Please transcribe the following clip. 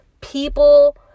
people